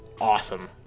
awesome